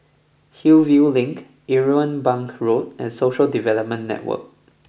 Hillview Link Irwell Bank Road and Social Development Network